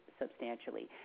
substantially